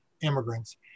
immigrants